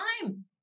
time